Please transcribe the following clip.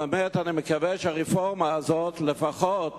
באמת, אני מקווה שהרפורמה הזאת לפחות